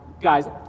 Guys